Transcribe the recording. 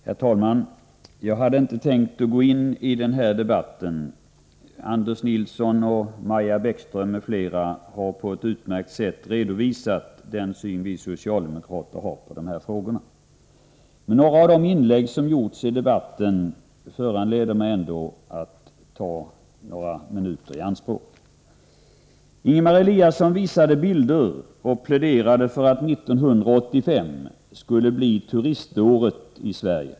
Herr talman! Jag hade inte tänkt att gå in i den här debatten. Anders Nilsson, Maja Bäckström m.fl. har på ett utmärkt sätt redovisat den syn som vi socialdemokrater har på dessa frågor. Men de inlägg som gjorts i debatten föranleder mig ändå att ta några minuter i anspråk. Ingemar Eliasson visade bilder och pläderade för att 1985 skulle bli turiståret i Sverige.